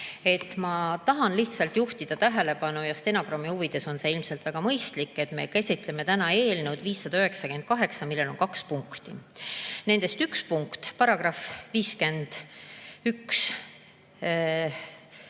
Ma tahan lihtsalt juhtida tähelepanu – ja stenogrammi huvides on see ilmselt väga mõistlik –, et me käsitleme täna eelnõu 598, millel on kaks punkti. Nendest üks punkt, § 513,